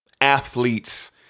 athletes